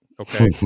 Okay